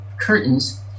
curtains